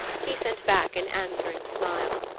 he sent back an answering smile.